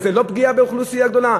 אז זה לא פגיעה באוכלוסייה גדולה?